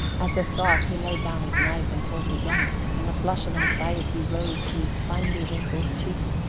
at the thought he laid down his knife and fork again, and a flush of anxiety rose to his finely-wrinkled cheek.